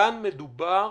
כאן מדובר